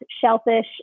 shellfish